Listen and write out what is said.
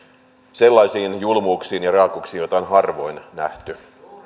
sellaisiin julmuuksiin ja raakuuksiin joita on harvoin nähty